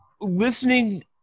listening